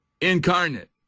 incarnate